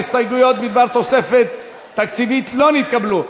ההסתייגויות בדבר תוספת תקציבית לא נתקבלו.